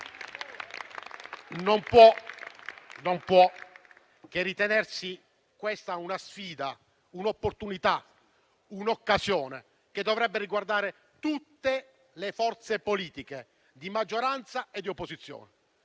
non può che ritenersi una sfida, un'opportunità, un'occasione che dovrebbe riguardare tutte le forze politiche, di maggioranza e di opposizione.